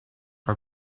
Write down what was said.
are